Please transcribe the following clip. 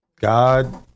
God